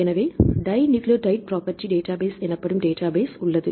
எனவே dinucleotide property database எனப்படும் database உள்ளது